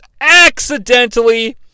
accidentally